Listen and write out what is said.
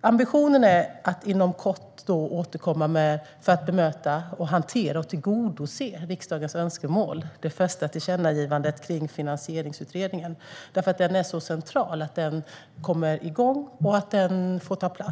Ambitionen är att inom kort återkomma för att bemöta, hantera och tillgodose riksdagens önskemål i det första tillkännagivandet om finansieringsutredningen. Det är centralt att den kommer igång.